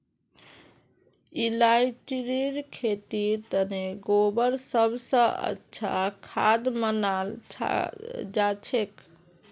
इलायचीर खेतीर तने गोबर सब स अच्छा खाद मनाल जाछेक